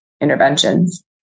interventions